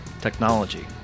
technology